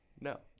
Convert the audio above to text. no